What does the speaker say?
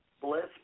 Bliss